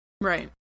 Right